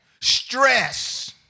Stress